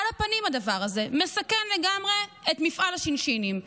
על הפנים הדבר הזה, מסכן לגמרי את מפעל השינשינים.